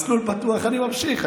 את מסלול בטוח אני ממשיך,